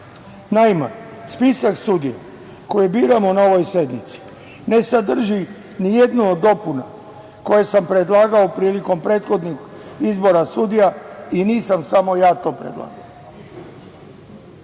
Naime, spisak sudija koje biramo na ovoj sednici ne sadrži nijednu od dopuna koje sam predlagao prilikom prethodnog izbora sudija i nisam samo ja to predlagao.